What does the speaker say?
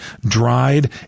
dried